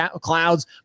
clouds